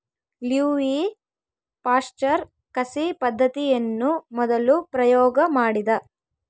Louis Pasteur ಕಸಿ ಪದ್ದತಿಯನ್ನು ಮೊದಲು ಪ್ರಯೋಗ ಮಾಡಿದ